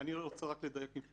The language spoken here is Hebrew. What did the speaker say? אני רוצה לדייק.